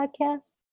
Podcast